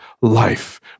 life